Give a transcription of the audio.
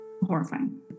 horrifying